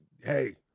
Hey